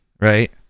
right